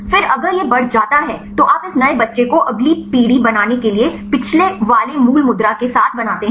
फिर अगर यह बढ़ जाता है तो आप इस नए बच्चे को अगली पीढ़ी बनाने के लिए पिछले वाले मूल मुद्रा के साथ बनाते हैं